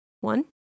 one